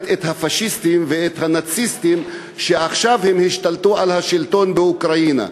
את הפאשיסטים ואת הנאציסטים שעכשיו השתלטו על השלטון באוקראינה.